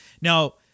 now